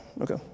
Okay